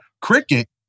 Cricket